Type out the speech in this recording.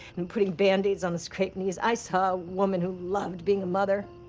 and putting band-aids on the scraped knees. i saw a woman who loved being a mother.